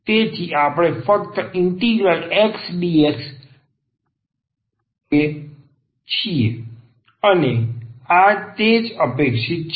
તેથી આપણે ફક્ત ઇન્ટિગ્રલ X dx મેળવીએ છીએ અને આ તે જ અપેક્ષિત છે